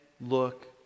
look